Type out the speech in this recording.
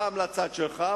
פעם לצד שלך,